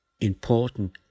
important